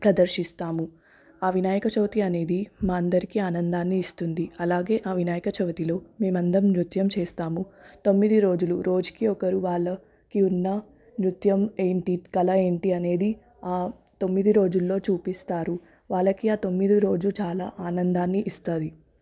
ప్రదర్శిస్తాము ఆ వినాయక చవితి అనేది మా అందరికీ ఆనందాన్ని ఇస్తుంది అలాగే ఆ వినాయక చవితిలో మేమందరం నృత్యం చేస్తాము తొమ్మిది రోజులూ రోజుకి ఒకరు వాళ్ళకి ఉన్న నృత్యం ఏంటి కల ఏంటి అనేది అనేది ఆ తొమ్మిది రోజుల్లో చూపిస్తారు వాల్లకి ఆ తొమ్మిది రోజు చాలా ఆనందాన్ని ఇస్తుంది